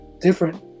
different